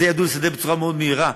את זה ידעו לסדר בצורה מאוד מהירה,